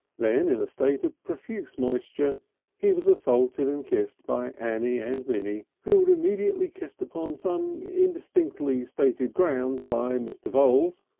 then in a state of profuse moisture he was assaulted and kissed by annie and minnie, who were immediately kissed upon some indistinctly stated grounds by mr. voules,